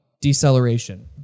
Deceleration